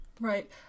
Right